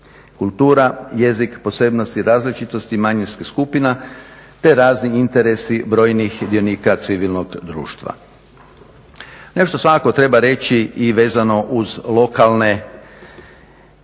kultura, jezik, posebnosti i različitosti manjinskih skupina te razni interesi brojnih sudionika civilnog društva. Nešto svakako treba reći i vezano uz lokalne